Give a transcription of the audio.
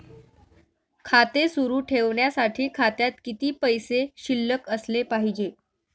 खाते सुरु ठेवण्यासाठी खात्यात किती पैसे शिल्लक असले पाहिजे?